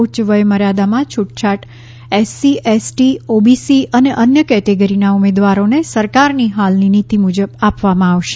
ઉચ્ચ વયમર્યાદામાં છુટછાટ એસસી એસટી ઓબીસી અને અન્ય કેટેગરીના ઉમેદવારોને સરકારની હાલની નીતિ મુજબ આપવામાં આવશે